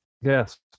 Yes